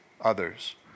others